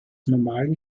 normalen